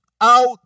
out